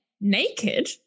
naked